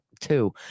two